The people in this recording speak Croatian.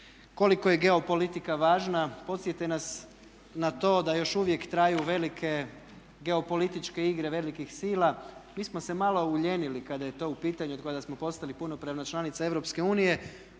koliko je geopolitika važna, podsjete nas na to da još uvijek traju velike geopolitičke igre velikih sila. Mi smo se malo ulijenili kad je to u pitanju i otkad smo postali punopravna članica EU. Pa onda